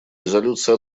резолюции